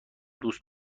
دوست